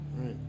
right